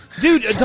Dude